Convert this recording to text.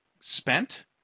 spent